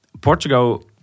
Portugal